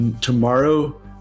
tomorrow